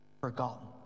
forgotten